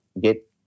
get